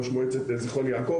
ראש מועצת זכרון יעקב,